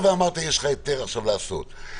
הצעות איך למנוע רציחות במשפחה,